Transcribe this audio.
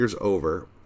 over